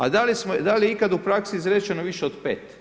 A da li je ikad u praksi izrečeno više od 5?